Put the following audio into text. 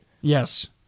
yes